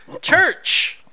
Church